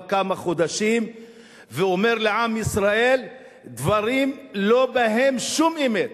כמה חודשים ואומר לעם ישראל דברים שאין בהם שום אמת?